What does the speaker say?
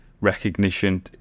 recognition